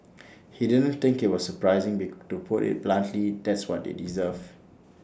he didn't think IT was surprising be to put IT bluntly that's what they deserve